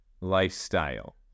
lifestyle